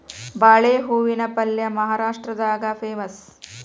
ಬಾಳೆ ಹೂವಿನ ಪಲ್ಯೆ ಮಹಾರಾಷ್ಟ್ರದಾಗ ಪೇಮಸ್